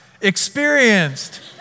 experienced